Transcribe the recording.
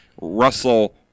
Russell